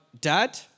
dad